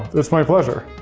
it's my pleasure.